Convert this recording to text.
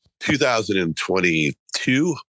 2022